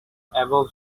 above